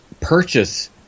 purchase